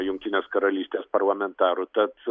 jungtinės karalystės parlamentarų tad